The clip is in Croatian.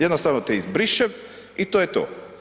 Jednostavno te izbriše i to je to.